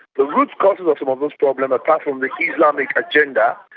the root causes of all those problems apart from the islamic agenda,